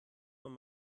von